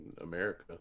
america